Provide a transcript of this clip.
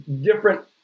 different